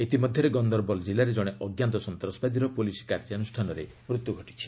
ଇତିମଧ୍ୟରେ ଗନ୍ଦରବଲ୍ ଜିଲ୍ଲାରେ ଜଣେ ଅଜ୍ଞାତ ସନ୍ତାସବାଦୀର ପୁଲିସ୍ କାର୍ଯ୍ୟାନୁଷ୍ଠାନରେ ମୃତ୍ୟୁ ଘଟିଛି